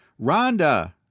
Rhonda